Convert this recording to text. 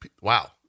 wow